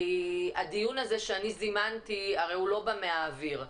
כי הדיון הזה שאני זימנתי לא בא מהאוויר,